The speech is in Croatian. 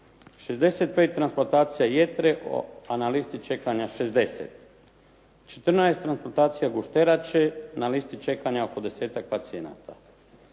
65 transplantacija jetre, na listi čekanja 60; 14 transplantacija gušterače, na listi čekanja oko desetak pacijenata.